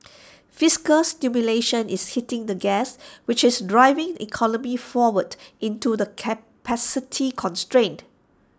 fiscal stimulation is hitting the gas which is driving economy forward into the capacity constraints